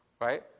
right